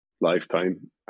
lifetime